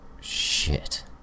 Shit